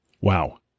Wow